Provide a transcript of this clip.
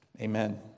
Amen